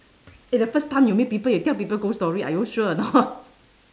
eh the first time you meet people you tell people ghost story are you sure or not